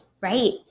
Right